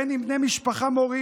בין אם בני משפחה מורים